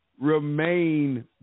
remain